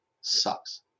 Sucks